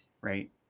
right